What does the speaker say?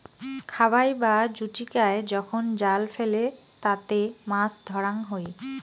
খাবাই বা জুচিকায় যখন জাল ফেলে তাতে মাছ ধরাঙ হই